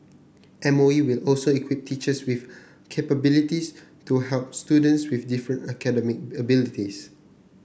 M O E will also equip teachers with capabilities to help students with different academic abilities